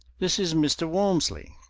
this is mr. walmsley.